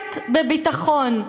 חרטט בביטחון".